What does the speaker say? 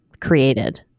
created